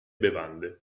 bevande